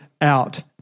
out